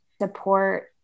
support